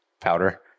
powder